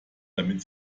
damit